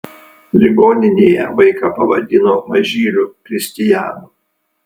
ligoninėje vaiką pavadino mažyliu kristijanu